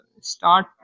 start